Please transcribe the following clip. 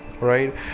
right